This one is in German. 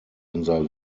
unser